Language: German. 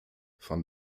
van